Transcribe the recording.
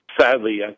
sadly